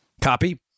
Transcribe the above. Copy